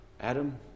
Adam